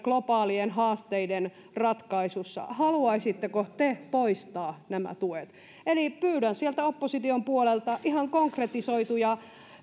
globaalien haasteiden ratkaisussa haluaisitteko te poistaa nämä tuet eli pyydän sieltä opposition puolelta ihan konkretisoituja